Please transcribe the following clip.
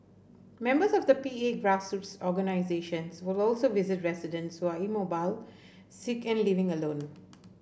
members of the P A grassroots organisations will also visit residents who are immobile sick and living alone